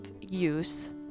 use